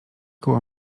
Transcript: koło